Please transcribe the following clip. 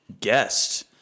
guest